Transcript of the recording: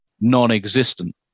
non-existent